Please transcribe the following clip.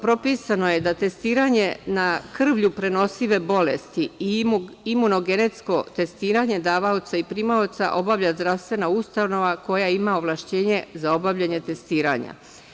Propisano je da testiranje na krvlju prenosive bolesti i imuno-genetsko testiranje davaoca i primaoca obavlja zdravstvena ustanova koja ima ovlašćenje za obavljanje testiranja.